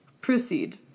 Proceed